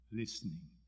listening